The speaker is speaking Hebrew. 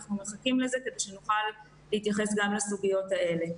אנחנו מחכים לזה כדי שנוכל להתייחס גם לסוגיות האלה.